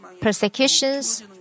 persecutions